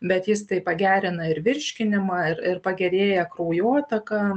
bet jis tai pagerina ir virškinimą ir ir pagerėja kraujotaka